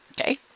okay